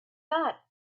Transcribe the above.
that